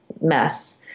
Mess